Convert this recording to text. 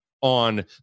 On